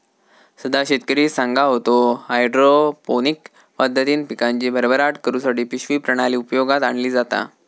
सदा शेतकरी सांगा होतो, हायड्रोपोनिक पद्धतीन पिकांची भरभराट करुसाठी पिशवी प्रणाली उपयोगात आणली जाता